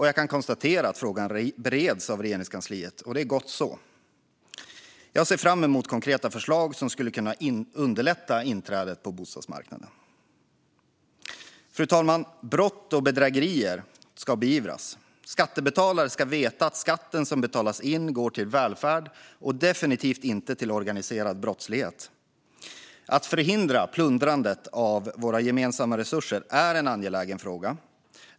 Jag kan konstatera att frågan bereds av Regeringskansliet - gott så! Jag ser fram emot konkreta förslag som skulle kunna underlätta inträdet på bostadsmarknaden. Fru talman! Brott och bedrägerier ska beivras. Skattebetalare ska veta att skatten som betalas in går till välfärd och definitivt inte till organiserad brottslighet. Att förhindra plundrandet av våra gemensamma resurser är en angelägen fråga.